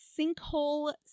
Sinkhole